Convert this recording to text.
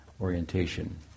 orientation